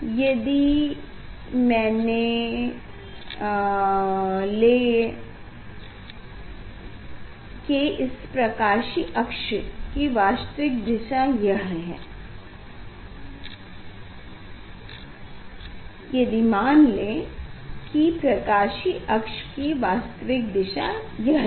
यदि मान लें कि इसके प्रकाशीय अक्ष की वास्तविक दिशा यह थी